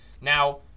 Now